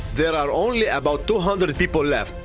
there are only about two hundred people left.